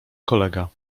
kolega